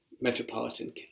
Metropolitan